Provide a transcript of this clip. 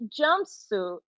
jumpsuit